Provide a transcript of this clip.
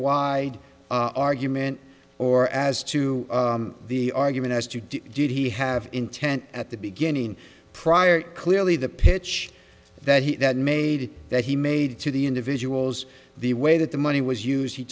wide argument or as to the argument as to do did he have intent at the beginning prior clearly the pitch that he made that he made to the individuals the way that the money was used he